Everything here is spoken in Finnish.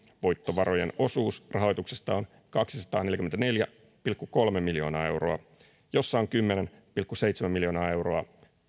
voittovarojen osuus rahoituksesta on kaksisataaneljäkymmentäneljä pilkku kolme miljoonaa euroa missä on kymmenen pilkku seitsemän miljoonaa euroa